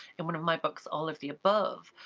in one of my books, all of the above,